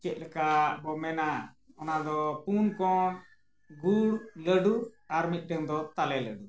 ᱪᱮᱫ ᱞᱮᱠᱟ ᱵᱚᱱ ᱢᱮᱱᱟ ᱚᱱᱟ ᱫᱚ ᱯᱩᱱ ᱠᱚᱬ ᱜᱩᱲ ᱞᱟᱹᱰᱩ ᱟᱨ ᱢᱤᱫᱴᱟᱝ ᱫᱚ ᱛᱟᱞᱮ ᱞᱟᱹᱰᱩ